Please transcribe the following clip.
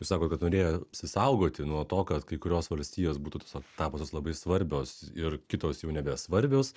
sako kad norėjo apsisaugoti nuo to kad kai kurios valstijos būtų tiesiog tapusios labai svarbios ir kitos jau nebesvarbios